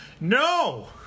NO